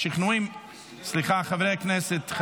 סליחה, חברי הכנסת.